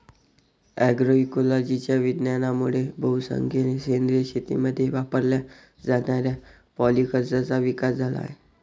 अग्रोइकोलॉजीच्या विज्ञानामुळे बहुसंख्येने सेंद्रिय शेतीमध्ये वापरल्या जाणाऱ्या पॉलीकल्चरचा विकास झाला आहे